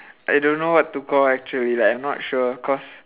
I don't know what to call actually like I'm not sure cause